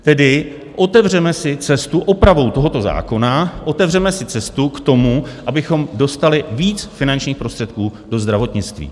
Tedy otevřeme si cestu opravou tohoto zákona, otevřeme si cestu k tomu, abychom dostali víc finančních prostředků do zdravotnictví.